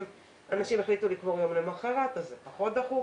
אנשים החליטו לקבור יום למוחרת כך שזה פחות דחוף